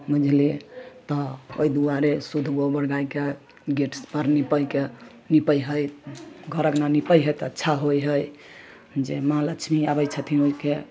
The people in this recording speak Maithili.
बुझलिए तऽ ओहि दुआरे शुद्ध गोबर गाइके गेटपर निपैके निपै हइ घर अँगना निपै हइ तऽ अच्छा होइ हइ जे माँ लक्ष्मी आबै छथिन ओहिके